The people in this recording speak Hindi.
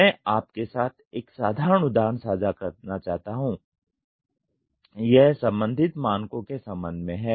मैं आपके साथ एक साधारण उदाहरण साझा करना चाहता हूं यह संबंधित मानकों के संबंध में है